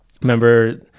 remember